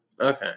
Okay